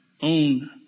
own